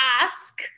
ask